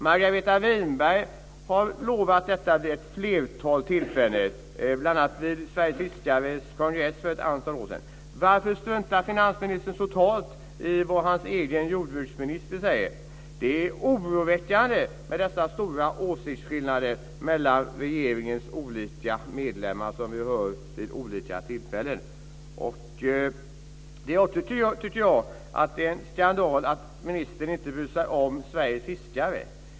Margareta Winberg har lovat detta vid ett flertal tillfällen, bl.a. vid Sveriges Fiskares Riksförbunds kongress för ett antal år sedan. Varför struntar finansministern totalt i vad hans egen jordbruksminister säger? Det är oroväckande med de stora åsiktsskillnader mellan regeringens olika medlemmar som kommer fram vid olika tillfällen. Jag tycker också att det är en skandal att ministern inte bryr sig om Sveriges fiskare.